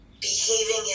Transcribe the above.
behaving